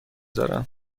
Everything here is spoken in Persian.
دارم